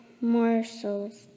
morsels